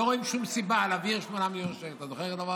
לא רואים שום סיבה להעביר 8 מיליון שקל.